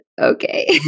Okay